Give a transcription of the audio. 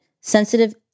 sensitive